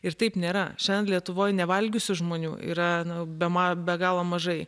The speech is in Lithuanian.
ir taip nėra šiandien lietuvoj nevalgiusių žmonių yra bemaž be galo mažai